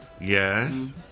yes